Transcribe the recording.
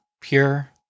pure